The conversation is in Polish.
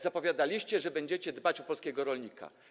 Zapowiadaliście, że będziecie dbać o polskiego rolnika.